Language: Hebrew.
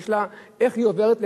איך היא עוברת?